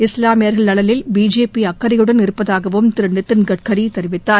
இஸ்லாமியர்கள் நலனில் பிஜேபி அக்கறையுடன் இருப்பதாகவும் திரு நிதின் கட்காரி தெரிவித்தார்